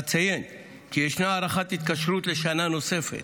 אציין כי ישנה הארכת התקשרות לשנה נוספת